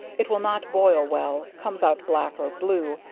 it will not boil well, comes out black or blue,